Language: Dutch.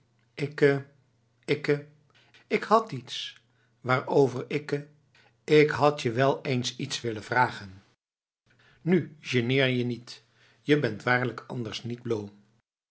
ikke ikke ik had iets waarover ikke ik had je wel eens iets willen vragenf nu geneer je niet je bent waarlijk anders niet blo